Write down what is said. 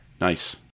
nice